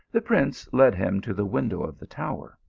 the prince led him to the window of the tower.